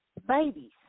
babies